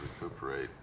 recuperate